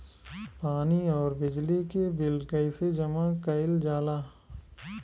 पानी और बिजली के बिल कइसे जमा कइल जाला?